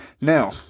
now